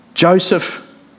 Joseph